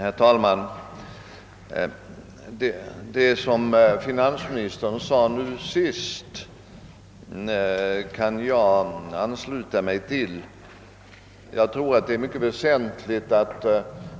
Herr talman! Det som finansministern sade nu sist, kan jag ansluta mig till.